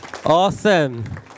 Awesome